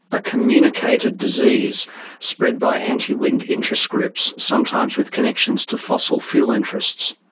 a communicated disease spread by anti-wind interest groups, sometimes with connections to fossil fuel interests.